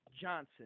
Johnson